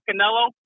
Canelo